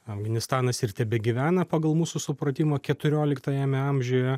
afganistanas ir tebegyvena pagal mūsų supratimą keturioliktajame amžiuje